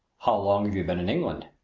how long have you been in england?